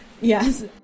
yes